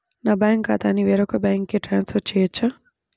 నా బ్యాంక్ ఖాతాని వేరొక బ్యాంక్కి ట్రాన్స్ఫర్ చేయొచ్చా?